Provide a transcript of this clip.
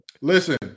Listen